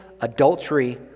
adultery